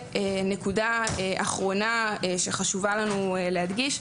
נקודה אחרונה שחשוב לנו להדגיש,